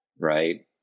right